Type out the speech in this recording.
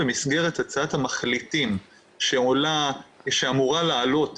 במסגרת הצעת המחליטים שאמורה לעלות